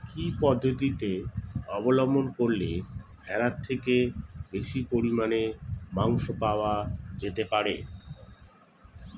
কি পদ্ধতিতে অবলম্বন করলে ভেড়ার থেকে বেশি পরিমাণে মাংস পাওয়া যেতে পারে?